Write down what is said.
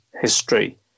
history